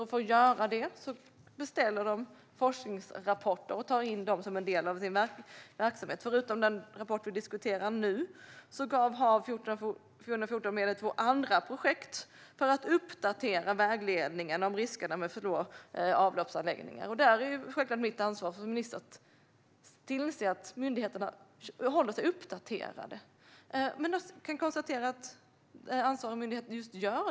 För att göra det beställer de forskningsrapporter och tar in dem som en del av sin verksamhet. Förutom den rapport som vi nu diskuterar genomförde Havs och vattenmyndigheten två andra projekt för att uppdatera vägledningen av riskerna med avloppsanläggningar. Det är självklart mitt ansvar som minister att tillse att myndigheterna håller sig uppdaterade. Jag kan konstatera att ansvarig myndighet gör just det.